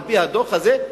על-פי הדוח הזה,